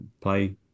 play